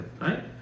right